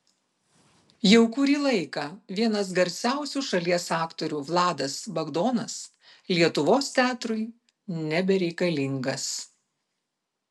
jau kurį laiką vienas garsiausių šalies aktorių vladas bagdonas lietuvos teatrui nebereikalingas